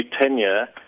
tenure